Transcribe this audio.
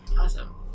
Awesome